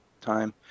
time